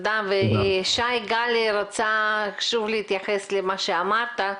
שי גל רצה שוב להתייחס למה שאמרת.